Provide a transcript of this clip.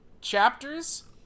chapters